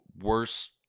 worse